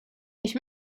ich